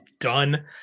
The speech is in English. done